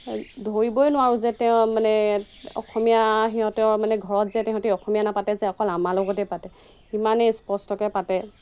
ধৰিবই নোৱাৰোঁ যে তেওঁ মানে অসমীয়া সিহঁতৰ মানে ঘৰত যে তেহেঁতি অসমীয়া নাপাতে যে অকল আমাৰ লগতে পাতে ইমানেই স্পষ্টকৈ পাতে